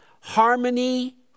harmony